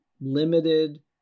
limited